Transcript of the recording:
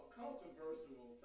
controversial